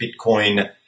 Bitcoin